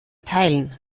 teilen